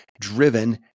driven